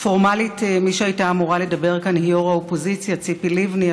פורמלית מי שהייתה אמורה לדבר כאן היא יו"ר האופוזיציה ציפי לבני,